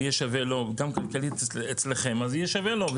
ויהיה לו שווה גם כלכלית אצלכם אז יהיה שווה לו.